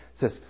says